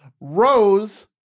Rose